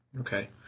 Okay